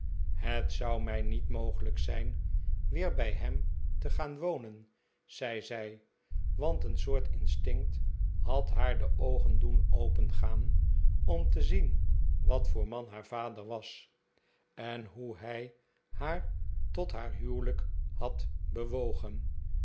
het zou mij niet mogelijk zijn weer bij hem te gaan wonen zei zij want een soort instinct had haar de oogen doen opengaan om te zieri wat voor man haar vader was en hoe hij haar tot haar huwelijk had bewogen